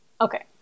Okay